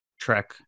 Trek